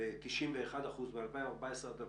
ל-91% מ-2014 עד 2016,